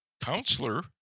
counselor